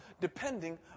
depending